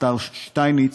השר שטייניץ,